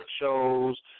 shows